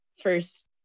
first